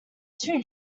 too